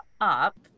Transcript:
up